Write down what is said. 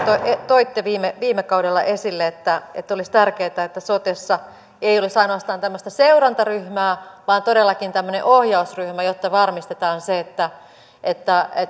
toitte viime viime kaudella esille että olisi tärkeätä että sotessa ei olisi ainoastaan tämmöistä seurantaryhmää vaan todellakin tämmöinen ohjausryhmä jotta varmistetaan se että